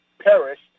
perished